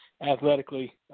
athletically